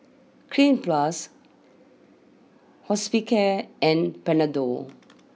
Cleanz Plus Hospicare and Panadol